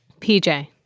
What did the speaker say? PJ